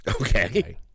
Okay